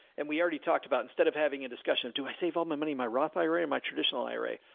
and we already talked about, instead of having a discussion of do i save all my money in my roth ira, and my traditional ira.